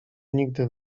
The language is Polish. nigdy